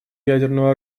ядерного